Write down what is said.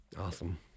Awesome